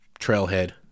trailhead